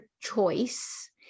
choice